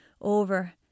over